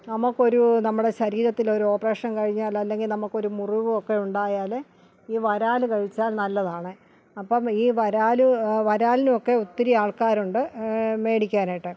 നമുക്കൊരു നമ്മുടെ ശരീരത്തിൽ ഒരു ഓപ്പറേഷൻ കഴിഞ്ഞാൽ അല്ലെങ്കിൽ നമുക്കൊരു മുറിവും ഒക്കെ ഉണ്ടായാൽ ഈ വരാൽ കഴിച്ചാൽ നല്ലതാണ് അപ്പം ഈ വരാൽ വരാലിനുമൊക്കെ ഒത്തിരി ആൾക്കാരുണ്ട് മേടിക്കാനായിട്ട്